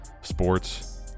sports